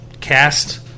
cast